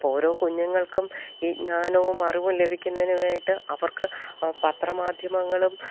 അപ്പം ഓരോ കുഞ്ഞുങ്ങൾക്കും ഈ ജ്ഞാനവും അറിവും ലഭിക്കുന്നതിനു വേണ്ടിയിട്ട് അവർക്ക് പത്ര മാധ്യമങ്ങളും